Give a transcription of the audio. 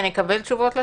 נקבל תשובות לשאלות?